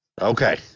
Okay